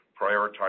prioritize